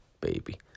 Baby